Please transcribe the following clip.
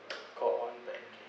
go on banking